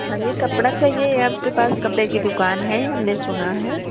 हमें कपड़ा चाहिए आपके पास कपड़े की दुक़ान है हमने सुना है